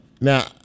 Now